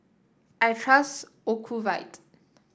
I trust Ocuvite